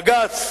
בג"ץ